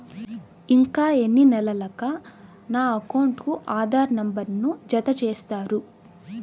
ఇంకా ఎన్ని నెలలక నా అకౌంట్కు ఆధార్ నంబర్ను జత చేస్తారు?